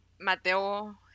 Mateo